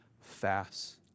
fast